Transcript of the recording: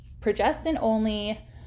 progestin-only